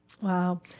Wow